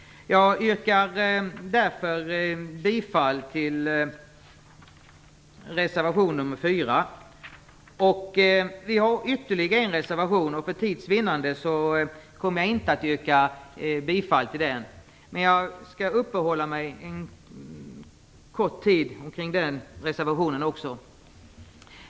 Jag yrkar därför bifall till reservation nr 4. Vi har ytterligare en reservation, och för tids vinnande kommer jag inte att yrka bifall till den. Jag skall ändå uppehålla mig en kort stund vid också den reservationen.